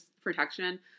protection